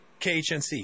khnc